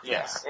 Yes